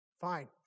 Fine